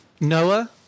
Noah